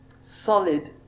solid